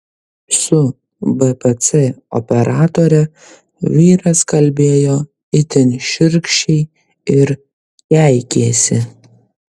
su bpc operatore vyras kalbėjo itin šiurkščiai ir keikėsi